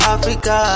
Africa